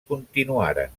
continuaren